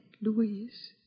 Louise